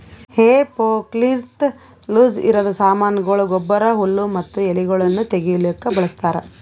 ಹೇ ಫೋರ್ಕ್ಲಿಂತ ಲೂಸಇರದ್ ಸಾಮಾನಗೊಳ, ಗೊಬ್ಬರ, ಹುಲ್ಲು ಮತ್ತ ಎಲಿಗೊಳನ್ನು ತೆಗಿಲುಕ ಬಳಸ್ತಾರ್